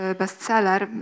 bestseller